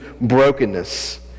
brokenness